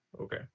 Okay